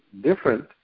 different